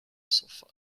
sofa